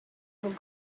will